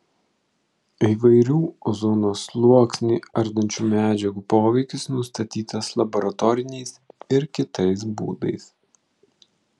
įvairių ozono sluoksnį ardančių medžiagų poveikis nustatytas laboratoriniais ir kitais būdais